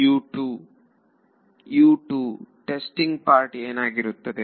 ವಿದ್ಯಾರ್ಥಿ testing part ಏನಾಗಿರುತ್ತದೆ